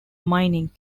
mining